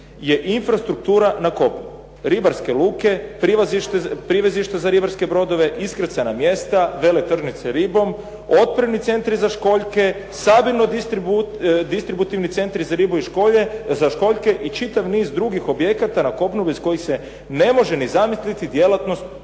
je infrastruktura na kopnu, ribarske luke, privezišta za ribarske brodove, iskrcajna mjesta, veletržnice ribom, otpremni centri za školjke, sabirno-distributivni centri za ribu i školjke i čitav niz drugih objekata na kopnu bez kojih se ne može ni zamisliti djelatnost